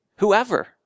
Whoever